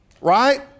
right